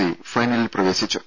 C ഫൈനലിൽ പ്രവേശിച്ചു